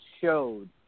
showed